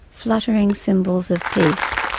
fluttering symbols of peace.